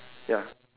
ya